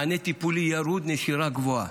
מענה טיפולי ירוד, נשירה גבוהה.